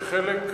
שחלק,